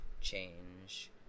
change